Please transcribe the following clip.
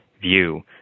view